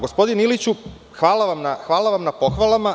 Gospodine Iliću, hvala vam na pohvalama.